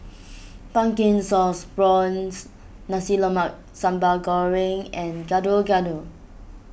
Pumpkin Sauce Prawns Nasi Sambal Goreng and Gado Gado